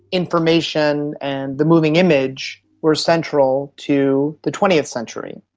information and the moving image were central to the twentieth century.